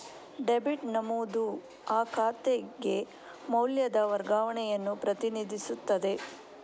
debit ನಮೂದು ಆ ಖಾತೆಗೆ ಮೌಲ್ಯದ ವರ್ಗಾವಣೆಯನ್ನು ಪ್ರತಿನಿಧಿಸುತ್ತದೆ